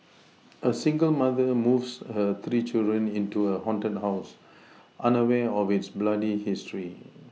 a single mother moves her three children into a haunted house unaware of its bloody history